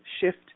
shift